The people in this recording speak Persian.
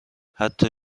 حتی